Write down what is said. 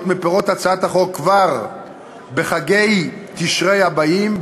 מפירות הצעת החוק כבר בחגי תשרי הבאים,